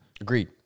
Agreed